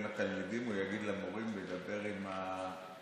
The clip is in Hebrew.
התלמידים או יגיד למורים לדבר עם התלמידים?